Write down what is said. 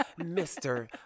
Mr